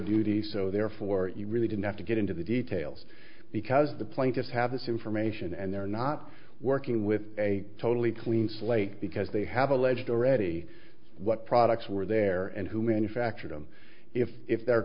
duty so therefore you really didn't have to get into the details because the plaintiffs have this information and they're not working with a totally clean slate because they have alleged already what products were there and who manufacture them if they're